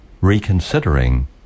reconsidering